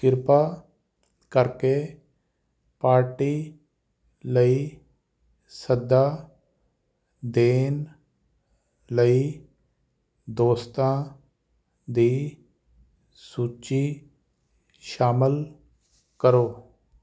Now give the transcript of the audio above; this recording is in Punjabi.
ਕਿਰਪਾ ਕਰਕੇ ਪਾਰਟੀ ਲਈ ਸੱਦਾ ਦੇਣ ਲਈ ਦੋਸਤਾਂ ਦੀ ਸੂਚੀ ਸ਼ਾਮਿਲ ਕਰੋ